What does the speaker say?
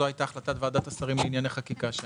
החלטת ועדת השרים לענייני חקיקה הייתה